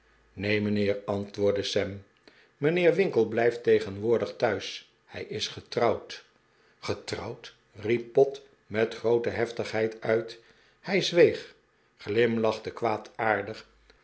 neen mijnheer antwoordde sam mijnheer winkle blijft tegenwoordig thuis hij is getrouwd getrouwd riep pott met groote heftigheid uit hij zweeg